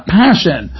passion